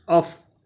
off